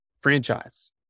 franchise